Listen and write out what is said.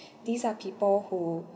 these are people who